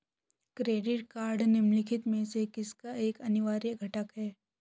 Credit card निम्नलिखित में से किसका एक अनिवार्य घटक है?